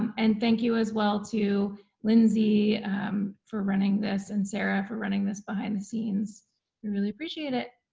and thank you as well to lindsay for running this and sarah for running this behind the scenes, we really appreciate it.